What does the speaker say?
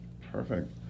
Perfect